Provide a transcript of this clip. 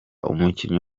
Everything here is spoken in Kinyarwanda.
umukinnyi